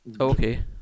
Okay